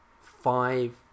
five